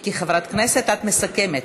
היא כחברת כנסת, את מסכמת.